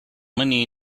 money